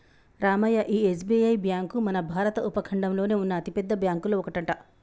రామయ్య ఈ SBI bank మన భారత ఉపఖండంలోనే ఉన్న అతిపెద్ద బ్యాంకులో ఒకటట